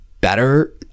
better